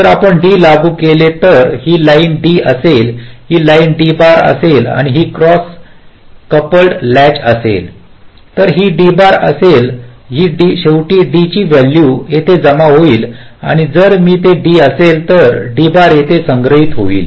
जर आपण D लागू केले तर ही लाईन D असेल ही लाईन D बार असेल आणि ही क्रॉस कोपलेड लॅच असेल जर ही D बार असेल तर शेवटी D ची व्हॅल्यू येथे जमा होईल आणि जर ती D असेल तर D बार येथे संग्रहित होईल